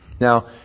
Now